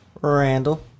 Randall